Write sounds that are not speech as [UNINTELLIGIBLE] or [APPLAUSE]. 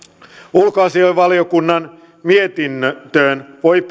ulkoasiainvaliokunnan mietintöön voi [UNINTELLIGIBLE]